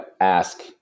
ask